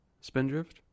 spindrift